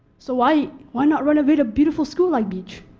so why why not renovate a beautiful school like beach?